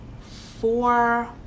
four